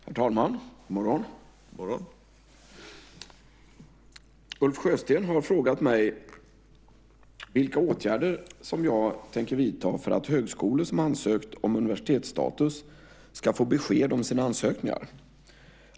Herr talman! Ulf Sjösten har frågat mig vilka åtgärder jag tänker vidta för att högskolor som ansökt om universitetsstatus ska få besked om sina ansökningar.